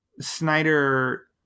Snyder